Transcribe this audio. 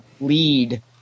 lead